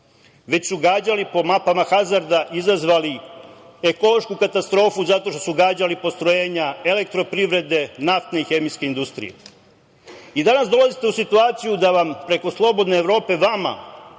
već su gađali po mapama Hazarda, izazvali ekološku katastrofu zato što su gađali postrojenja Elektroprivrede, naftne i hemijske industrije. Danas dolazite u situaciju da vam preko „Slobodne Evrope“ vama